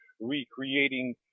recreating